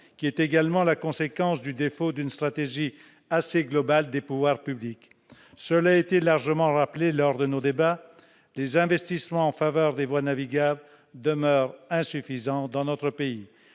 qui est également la conséquence du défaut d'une stratégie assez globale des pouvoirs publics. Cela a été largement rappelé lors de nos débats, les investissements en faveur des voies navigables demeurent insuffisants dans notre pays.